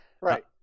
right